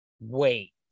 wait